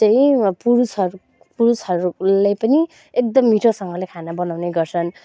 चाहिँ पुरुषहरू पुरुषहरूले पनि एकदम मिठोसँगले खाना बनाउने गर्छन्